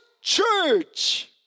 church